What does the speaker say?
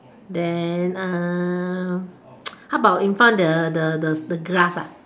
then uh how about in front the the the grass ah